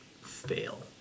fail